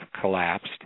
collapsed